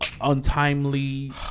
untimely